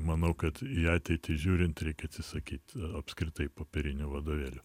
manau kad į ateitį žiūrint reik atsisakyti apskritai popierinių vadovėlių